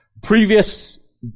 previous